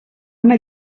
una